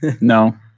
No